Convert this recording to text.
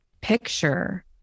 picture